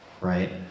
right